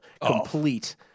complete